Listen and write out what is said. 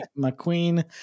McQueen